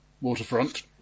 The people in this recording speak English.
waterfront